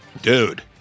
Dude